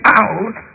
out